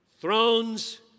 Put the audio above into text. thrones